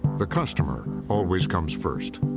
the customer always comes first.